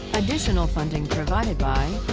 additional funding provided by